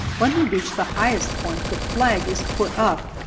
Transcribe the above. when they reach the highest point the flag is put up,